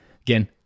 Again